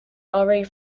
already